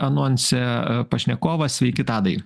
anonse pašnekovas sveiki tadai